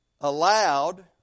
allowed